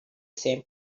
same